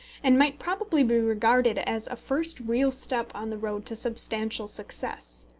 and might probably be regarded as a first real step on the road to substantial success.